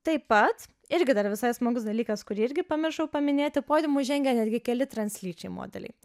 taip pat irgi dar visai smagus dalykas kurį irgi pamiršau paminėti podiumu žengė netgi keli translyčiai modeliai